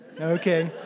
Okay